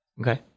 Okay